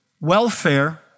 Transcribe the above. welfare